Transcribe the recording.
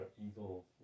eagle